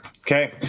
Okay